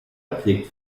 prägt